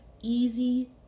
easy